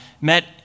met